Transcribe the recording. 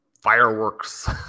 fireworks